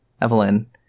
Evelyn